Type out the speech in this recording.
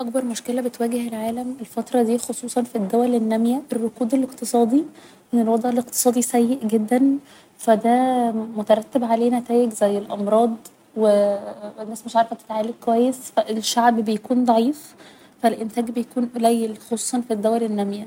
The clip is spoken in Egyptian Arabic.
اكبر مشكلة بتواجه العالم الفترة دي خصوصا في الدول النامية الركود الاقتصادي ان الوضع الاقتصادي سيء جدا ف ده مترتب عليه نتايج زي الأمراض و الناس مش عارفة تتعالج كويس ف الشعب بيكون ضعيف ف الإنتاج بيكون قليل خصوصا في الدول النامية